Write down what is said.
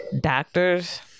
doctors